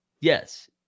Yes